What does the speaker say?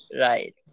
Right